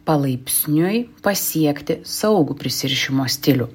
palaipsniui pasiekti saugų prisirišimo stilių